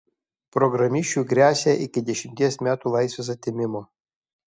programišiui gresia iki dešimties metų laisvės atėmimo